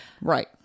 Right